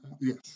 Yes